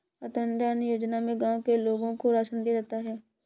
अंत्योदय अन्न योजना में गांव के लोगों को राशन दिया जाता है